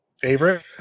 Favorite